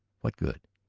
what good?